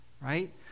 Right